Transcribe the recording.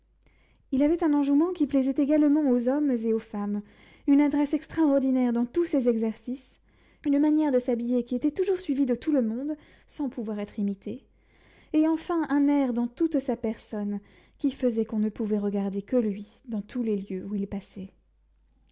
il avait un enjouement qui plaisait également aux hommes et aux femmes une adresse extraordinaire dans tous ses exercices une manière de s'habiller qui était toujours suivie de tout le monde sans pouvoir être imitée et enfin un air dans toute sa personne qui faisait qu'on ne pouvait regarder que lui dans tous les lieux où il paraissait